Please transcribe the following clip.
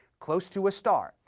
close to a star,